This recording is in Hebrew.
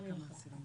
רנדומלי לחלוטין.